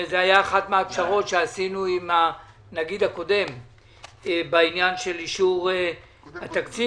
זאת הייתה אחת הפשרות שעשינו עם הנגיד הקוד בעניין של אישור התקציב.